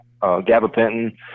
gabapentin